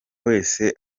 wese